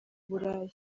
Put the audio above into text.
burayi